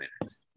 minutes